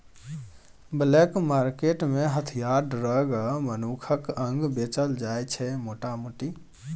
black market मे हथियार, drug आ मनुखक अंग बेचल जाइ छै मोटा मोटी